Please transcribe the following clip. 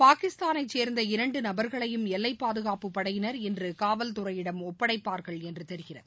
பாகிஸ்தானைச் சே்ந்த இரண்டுநபர்களையும் எல்லைப் பாதுகாப்புப் படையினர் இன்றுகாவல்துறையிடம் ஒப்படைப்பார்கள் என்றுதெரிகிறது